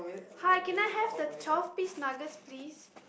hi can I have the twelve piece nuggets please